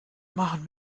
machen